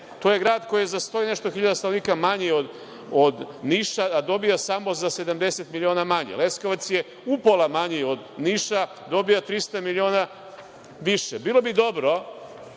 to je grad koji je za sto i nešto hiljada stanovnika manji od Niša, a dobija samo za 70 miliona manje? Leskovac je upola manji od Niša, dobija 300 miliona više. Bilo bi dobro